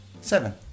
Seven